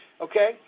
okay